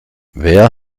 wer